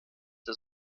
der